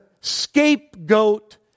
scapegoat